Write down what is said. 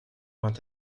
want